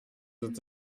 sind